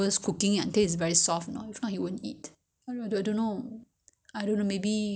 how they sell outside is sweeter right do you find that day that we cook not so sweet right